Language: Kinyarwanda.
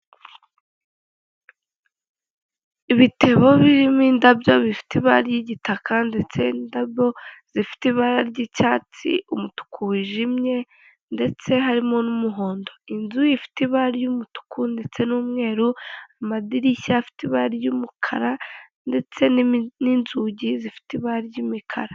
Ibitebo birimo indabyo bifite ibara ry'igitaka ndetse indabyo zifite ibara ry'icyatsi umutuku wijimye ndetse harimo n'umuhondo inzu ifite ibara ry'umutuku ndetse n'umweru amadirishya afite ibara ry'umukara ndetse n'inzugi zifite ibara ry'umukara .